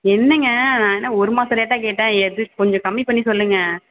என்னங்க நான் என்ன ஒரு மாதம் ரேட்டாக கேட்டேன் எது கொஞ்சம் கம்மி பண்ணி சொல்லுங்கள்